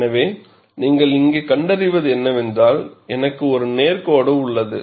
எனவே நீங்கள் இங்கே கண்டறிவது என்னவென்றால் எனக்கு ஒரு நேர் கோடு உள்ளது